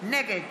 נגד